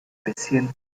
bisschen